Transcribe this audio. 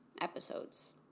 episodes